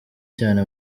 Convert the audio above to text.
cyane